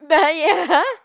by ya